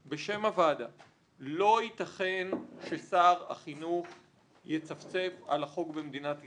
לא יתכן ששר החינוך יצפצף על החוק במדינת ישראל.